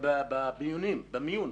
בחדר מיון,